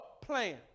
plan